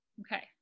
Okay